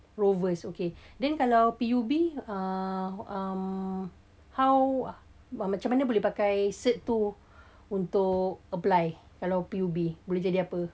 rovers okay then kalau P_U_B uh uh how macam mana boleh pakai cert tu untuk apply kalau P_U_B boleh jadi apa